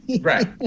Right